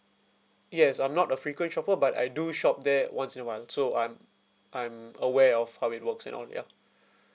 yes I'm not a frequent shopper but I do shop there once in awhile so I'm I'm aware of how it works and all that ya